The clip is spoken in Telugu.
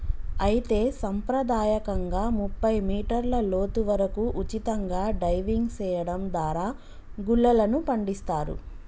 అయితే సంప్రదాయకంగా ముప్పై మీటర్ల లోతు వరకు ఉచితంగా డైవింగ్ సెయడం దారా గుల్లలను పండిస్తారు